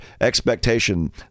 expectation